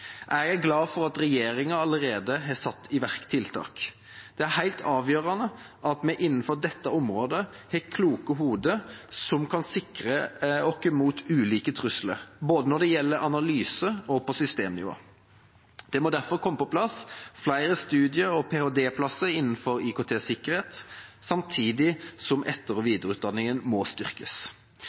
Jeg er glad for at regjeringa allerede har satt i verk tiltak. Det er helt avgjørende at vi innenfor dette området har kloke hoder som kan sikre oss mot ulike trusler, både når det gjelder analyse, og på systemnivå. Det må derfor komme på plass flere studie- og ph.d-plasser innenfor IKT-sikkerhet, samtidig som etter- og videreutdanningen må styrkes.